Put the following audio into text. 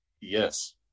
Yes